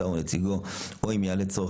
שר או נציגו או אם יעלה צורך,